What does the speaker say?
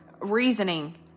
reasoning